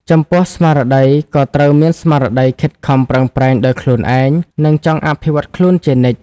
ចំពោះស្មារតីក៏ត្រូវមានស្មារតីខិតខំប្រឹងប្រែងដោយខ្លួនឯង និងចង់អភិវឌ្ឍខ្លួនជានិច្ច។